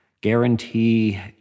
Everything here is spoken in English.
guarantee